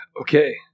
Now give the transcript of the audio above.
Okay